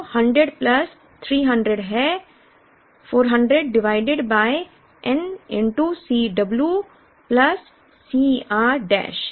जो 100 प्लस 300 है 400 divided by n C w plus C r dash